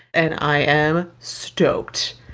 and i am stoked.